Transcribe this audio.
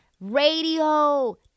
radio